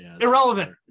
Irrelevant